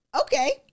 Okay